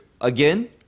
Again